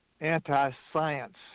anti-science